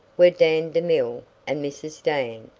were dan demille and mrs. dan,